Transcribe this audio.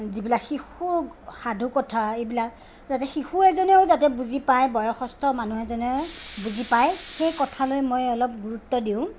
যিবিলাক শিশুৰ সাধুকথা এইবিলাক যাতে শিশু এজনেও যাতে বুজি পাই বয়সস্থ মানুহ এজনেও বুজি পাই সেইকথা লৈ মই অলপ গুৰুত্ব দিওঁ